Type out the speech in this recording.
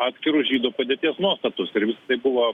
atskirų žydų padėties nuostatus ir tai buvo